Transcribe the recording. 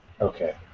Okay